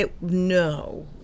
No